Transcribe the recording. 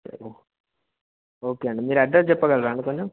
సరే ఓకే అండి మీరు అడ్రస్ చెప్పగలరా అండి కొంచెం